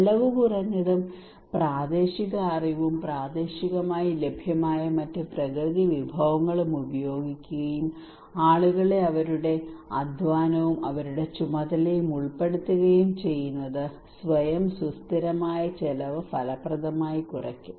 ചെലവ് കുറഞ്ഞതും പ്രാദേശിക അറിവും പ്രാദേശികമായി ലഭ്യമായ മറ്റ് പ്രകൃതിവിഭവങ്ങളും ഉപയോഗിക്കുകയും ആളുകളെ അവരുടെ അധ്വാനവും അവരുടെ ചുമതലകളും ഉൾപ്പെടുത്തുകയും ചെയ്യുന്നത് സ്വയം സുസ്ഥിരമായ ചെലവ് ഫലപ്രദമായി കുറയ്ക്കും